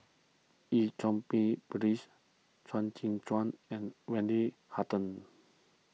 Eu Cheng Pi Phyllis Chuang Tsuan and Wendy Hutton